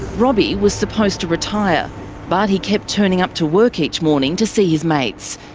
robbie was supposed to retire but he kept turning up to work each morning to see his mates.